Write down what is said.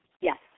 Yes